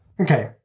Okay